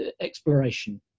exploration